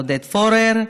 עודד פורר,